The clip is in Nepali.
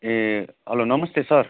ए हेलो नमस्ते सर